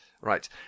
Right